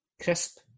Crisp